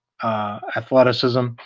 Athleticism